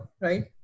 Right